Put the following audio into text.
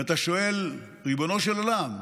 ואתה שואל: ריבונו של עולם,